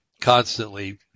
constantly